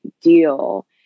deal